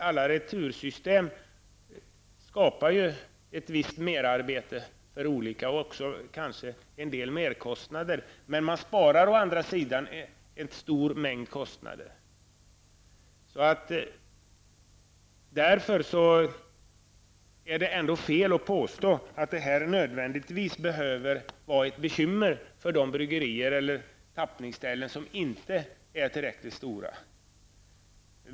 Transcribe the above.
Alla retursystem skapar ett visst merarbete och kanske också en del merkostnader. Men de leder å andra sidan till stora kostnadsminskningar. Det är därför ändå fel att påstå att detta nödvändigtvis kommer att vara ett bekymmer för de bryggerier eller tappningsställen som inte är tillräckligt stora.